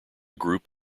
group